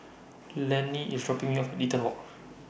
Lani IS dropping Me off Eaton Walk